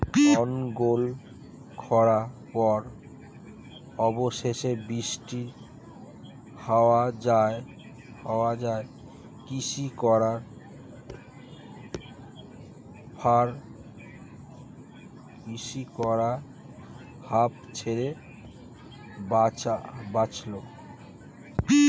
অনর্গল খড়ার পর অবশেষে বৃষ্টি হওয়ায় কৃষকরা হাঁফ ছেড়ে বাঁচল